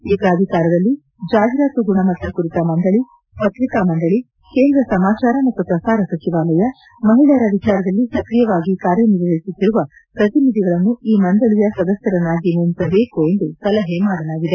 ಈ ಪ್ರಾಧಿಕಾರದಲ್ಲಿ ಜಾಹಿರಾತು ಗುಣಮಟ್ಟ ಕುರಿತ ಮಂಡಳಿ ಪತ್ರಿಕಾ ಮಂಡಳಿ ಕೇಂದ್ರ ಸಮಾಚಾರ ಮತ್ತು ಪ್ರಸಾರ ಸಚಿವಾಲಯ ಮಹಿಳೆಯರ ವಿಚಾರದಲ್ಲಿ ಸ್ಕ್ರಿಯವಾಗಿ ಕಾರ್ಯನಿರ್ವಹಿಸುತ್ತಿರುವ ಪ್ರತಿನಿಧಿಗಳನ್ನು ಈ ಮಂಡಳಿಯ ಸದಸ್ಧರನ್ನಾಗಿ ನೇಮಿಸಬೇಕು ಎಂದು ಸಲಹೆ ಮಾಡಲಾಗಿದೆ